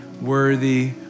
worthy